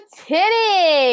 titty